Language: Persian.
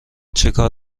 چکار